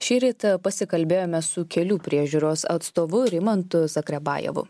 šįryt pasikalbėjome su kelių priežiūros atstovu rimantu zagrebajevu